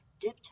dipped